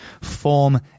form